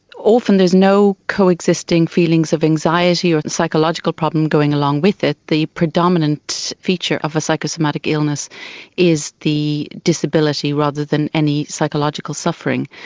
often there is no coexisting feelings of anxiety or psychological problem going along with it, the predominant feature of a psychosomatic illness is the disability rather than any psychological suffering.